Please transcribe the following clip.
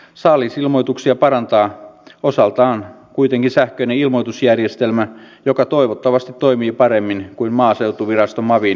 saalisilmoituksia parantaa osaltaan kuitenkin sähköinen ilmoitusjärjestelmä joka toivottavasti toimii paremmin kuin maaseutuvirasto mavin hyrrä järjestelmä